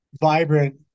vibrant